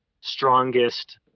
strongest